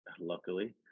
luckily